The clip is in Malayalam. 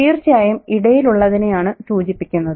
തീർച്ചയായും ഇടയിലുള്ളതിനെയാണ് സൂചിപ്പിക്കുന്നത്